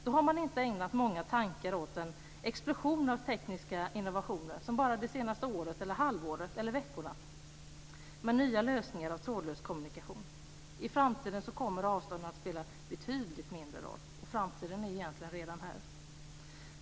Då har man inte ägnat många tankar åt den explosion av tekniska innovationer som har kommit bara det senaste året, halvåret eller veckorna med nya lösningar av trådlös kommunikation. I framtiden kommer avstånden att spela en betydligt mindre roll, och framtiden är egentligen redan här.